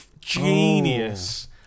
genius